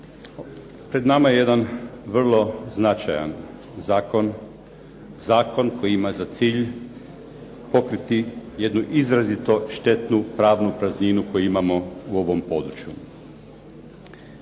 Pred nama je jedan vrlo značajan zakon, zakon koji ima za cilj pokriti jednu izrazito štetnu pravnu prazninu koju imamo u ovom području.